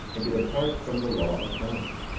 and to depart from the law of god.